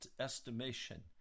estimation